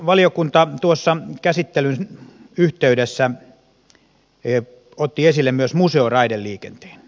valiokunta tuossa käsittelyn yhteydessä otti esille myös museoraideliikenteen